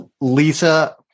Lisa